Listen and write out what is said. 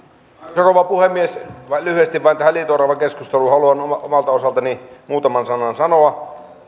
rouva puhemies vain lyhyesti tähän liito oravakeskusteluun haluan omalta omalta osaltani muutaman sanan sanoa